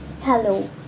hello